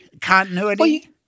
continuity